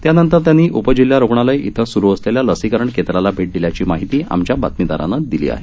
यानंतर त्यांनी उपजिल्हा रुग्णालय इथं सुरू असलेल्या लसीकरण केंद्राला भेट दिल्याची माहिती आमच्या बातमीदारानं दिली आहे